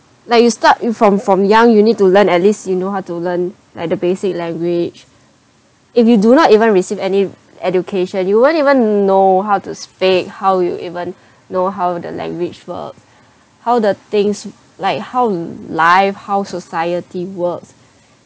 like you start you from from young you need to learn at least you know how to learn at the basic language if you do not even receive any education you won't even know how to speak how you even know how the language work how the things like how life how society works